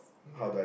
ya